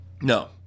No